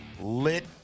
lit